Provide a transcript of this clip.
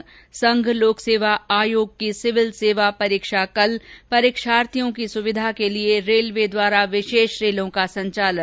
् संघ लोक सेवा आयोग की सिविल सेवा परीक्षा कल परीक्षार्थियों की सुविधा के लिये रेलवे द्वारा विशेष रेलों का संचालन